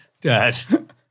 Dad